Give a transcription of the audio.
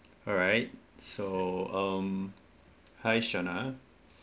alright so um hi shana